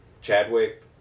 Chadwick